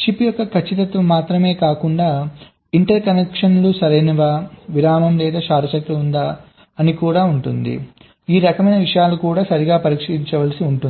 chips యొక్క ఖచ్చితత్వం మాత్రమే కాకుండా ఇంటర్ కనెక్షన్లు సరైనవేనా విరామం లేదా షార్ట్ సర్క్యూట్ ఉందా ఈ రకమైన విషయాలు కూడా సరిగ్గా పరీక్షించవలసి ఉంటుంది